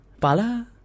Pala